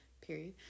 period